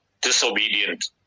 Disobedient